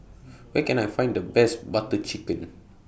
Where Can I Find The Best Butter Chicken